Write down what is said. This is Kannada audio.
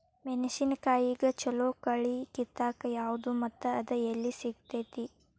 ಮೆಣಸಿನಕಾಯಿಗ ಛಲೋ ಕಳಿ ಕಿತ್ತಾಕ್ ಯಾವ್ದು ಮತ್ತ ಅದ ಎಲ್ಲಿ ಸಿಗ್ತೆತಿ?